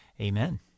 Amen